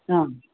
आम्